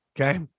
Okay